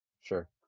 Sure